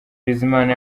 bizimana